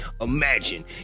imagine